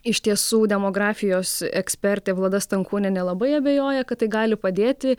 iš tiesų demografijos ekspertė vlada stankūnienė labai abejoja kad tai gali padėti